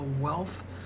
wealth